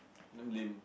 damn lame